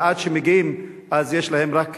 ועד שמגיעים אז יש להם רק